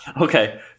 Okay